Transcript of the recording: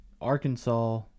Arkansas